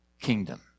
kingdom